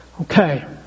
Okay